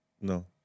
No